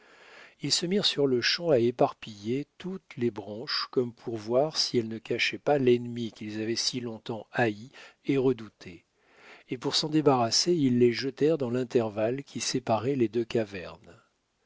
ils se mirent sur-le-champ à éparpiller toutes les branches comme pour voir si elles ne cachaient pas l'ennemi qu'ils avaient si longtemps haï et redouté et pour s'en débarrasser ils les jetèrent dans l'intervalle qui séparait les deux cavernes